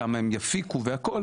כמה הן יפיקו והכל,